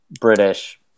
british